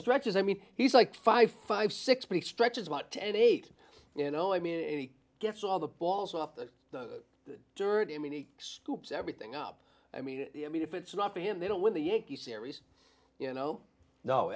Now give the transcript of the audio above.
stretches i mean he's like five five six weeks trenches about to eight you know i mean he gets all the balls off the dirt in many scoops everything up i mean i mean if it's not to him they don't win the yankee series you know no